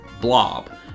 Blob